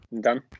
Done